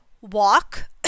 walk